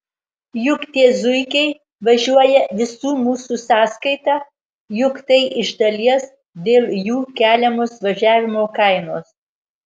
juk tie zuikiai važiuoja visų mūsų sąskaita juk tai iš dalies dėl jų keliamos važiavimo kainos